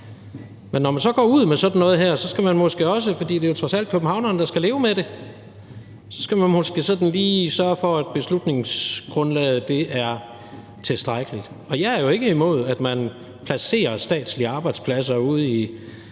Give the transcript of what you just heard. Men når man så går ud med sådan noget som det her, skal man måske også, fordi det trods alt er københavnerne, der skal leve med det, lige sørge for, at beslutningsgrundlaget er tilstrækkeligt. Jeg er jo ikke imod, at man placerer statslige arbejdspladser ude i